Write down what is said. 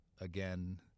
again